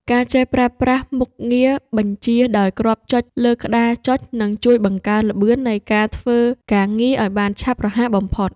ការចេះប្រើប្រាស់មុខងារបញ្ជាដោយគ្រាប់ចុចលើក្តារចុចនឹងជួយបង្កើនល្បឿននៃការធ្វើការងារឱ្យបានឆាប់រហ័សបំផុត។